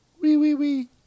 wee-wee-wee